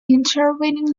intervening